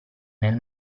nel